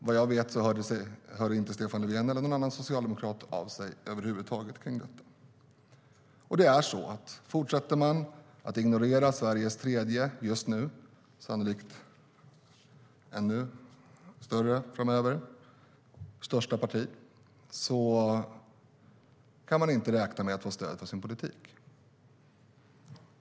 Vad jag vet hörde inte Stefan Löfven eller någon annan socialdemokrat av sig över huvud taget. Fortsätter man att ignorera Sveriges just nu tredje största parti - sannolikt ännu större framöver - kan man inte räkna med att få stöd för sin politik.